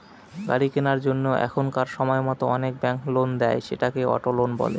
গাড়ি কেনার জন্য এখনকার সময়তো অনেক ব্যাঙ্ক লোন দেয়, সেটাকে অটো লোন বলে